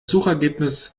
suchergebnis